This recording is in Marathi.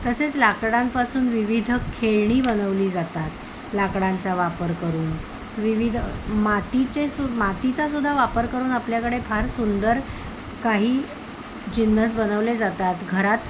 तसेच लाकडांपासून विविध खेळणी बनवली जातात लाकडांचा वापर करून विविध मातीचे सु मातीचा सुद्धा वापर करून आपल्याकडे फार सुंदर काही जिन्नस बनवले जातात घरात